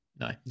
No